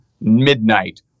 midnight